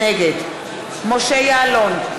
נגד משה יעלון,